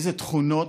איזה תכונות,